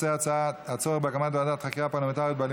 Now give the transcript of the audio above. היא רוצה שבחיר ליבה יחגוג איתה את אירוסיה בכפר הולדתה.